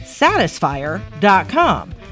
satisfier.com